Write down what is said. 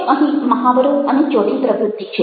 હવે અહીં મહાવરો અને ચોથી પ્રવૃત્તિ છે